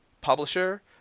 publisher